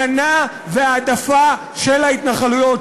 הגנה והעדפה של ההתנחלויות,